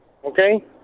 Okay